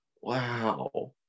Wow